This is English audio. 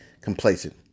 complacent